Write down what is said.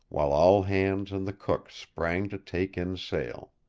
while all hands and the cook sprang to take in sail.